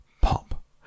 Pop